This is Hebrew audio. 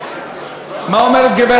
מה אומרת גברת אסטרחן?